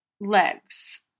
legs